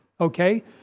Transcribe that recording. okay